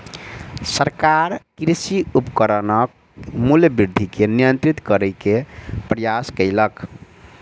सरकार कृषि उपकरणक मूल्य वृद्धि के नियंत्रित करै के प्रयास कयलक